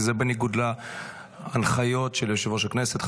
ככה, כי זה בניגוד להנחיות של יושב-ראש הכנסת.